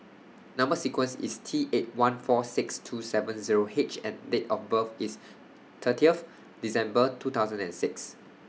Number sequence IS T eight one four six two seven Zero H and Date of birth IS thirty of December two thousand and six